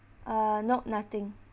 uh nope nothing